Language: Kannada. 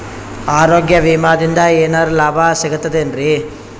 ಆರೋಗ್ಯ ವಿಮಾದಿಂದ ಏನರ್ ಲಾಭ ಸಿಗತದೇನ್ರಿ?